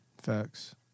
Facts